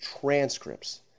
transcripts